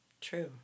True